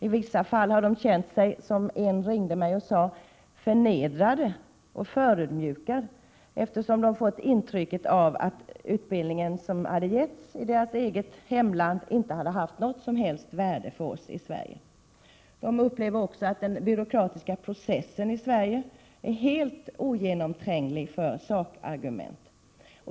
I vissa fall har de känt sig — som en person ringde mig och sade — förnedrade och förödmjukade, eftersom de fått intrycket att den utbildning som givits i deras hemland inte haft något som helst värde för oss i Sverige. De upplever också att man i den byråkratiska processen i Sverige är helt oemottaglig för sakargument.